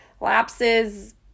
lapses